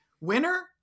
winner